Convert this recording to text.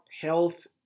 health